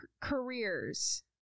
careers